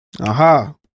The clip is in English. Aha